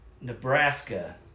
Nebraska